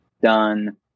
done